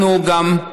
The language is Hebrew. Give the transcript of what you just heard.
אנחנו גם,